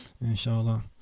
Inshallah